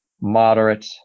moderate